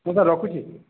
ମୁଁ ସାର୍ ରଖୁଛି